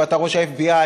אם אתה ראש ה-FBI,